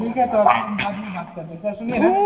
ठीक है तो आपसे से हम बाद में बाद करते हैं सर सुनिए ना